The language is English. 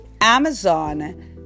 Amazon